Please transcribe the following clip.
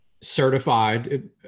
certified